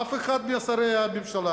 אף אחד משרי הממשלה,